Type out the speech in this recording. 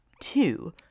two